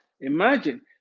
imagine